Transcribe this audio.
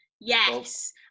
Yes